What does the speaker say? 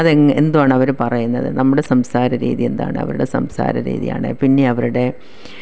അത് എങ് എന്തുവാണ് അവര് പറയുന്നത് നമ്മുടെ സംസാരരീതി എന്താണ് അവരുടെ സംസാരരീതിയാണ് പിന്നെ അവരുടെ